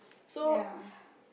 ya